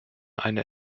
eine